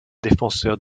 défenseurs